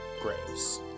graves